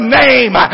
name